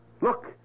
Look